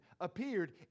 appeared